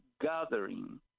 gathering